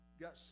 got